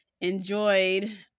enjoyed